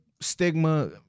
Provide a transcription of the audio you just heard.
stigma